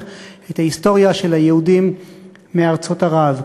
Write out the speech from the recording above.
את ההיסטוריה של היהודים מארצות ערב.